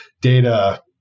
data